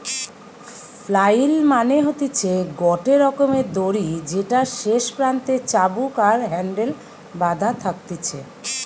flail মানে হতিছে গটে রকমের দড়ি যেটার শেষ প্রান্তে চাবুক আর হ্যান্ডেল বাধা থাকতিছে